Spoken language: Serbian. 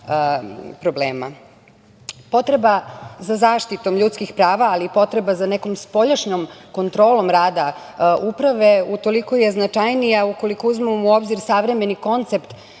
problema. Potreba za zaštitom ljudskih prava, ali i potreba za nekom spoljašnjom kontrolom rada uprave, utoliko je značajnija ukoliko uzmemo u obzir savremeni koncept,